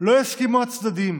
לא הסכימו הצדדים